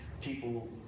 people